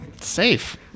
safe